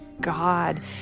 God